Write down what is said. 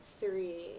Three